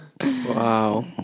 Wow